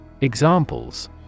Examples